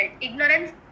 Ignorance